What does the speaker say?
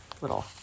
little